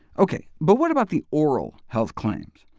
ok, but what about the oral health claims?